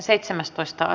asia